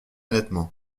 nettement